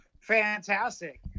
Fantastic